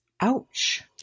Ouch